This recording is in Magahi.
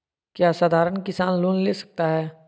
क्या साधरण किसान लोन ले सकता है?